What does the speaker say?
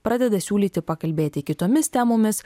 pradeda siūlyti pakalbėti kitomis temomis